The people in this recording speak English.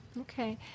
Okay